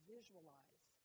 Visualize